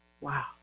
Wow